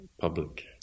public